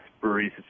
breweries